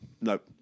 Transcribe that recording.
Nope